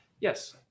Yes